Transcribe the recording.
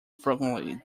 frequently